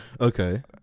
Okay